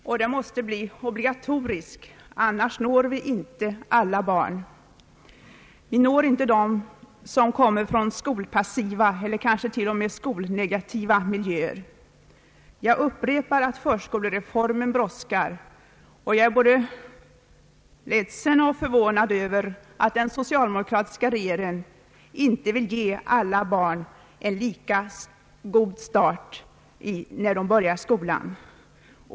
Förskolan måste bli obligatorisk, annars når vi inte alla barn. Vi når inte dem som kommer från skolpassiva eller kanske t.o.m. skolnegativa miljöer. Jag upprepar att förskolereformen brådskar. Jag är både ledsen och förvånad över att den socialdemokratiska regeringen inte vill ge alla barn en lika god start när de når skolåldern.